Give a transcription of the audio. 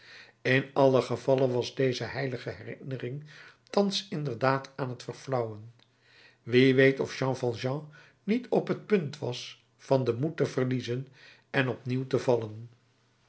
in allen gevalle was deze heilige herinnering thans inderdaad aan t verflauwen wie weet of jean valjean niet op t punt was van den moed te verliezen en opnieuw te vallen